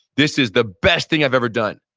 this is the best thing i've ever done.